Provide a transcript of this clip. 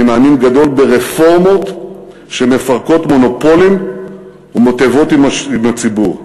אני מאמין גדול ברפורמות שמפרקות מונופולים ומטיבות עם הציבור.